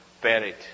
buried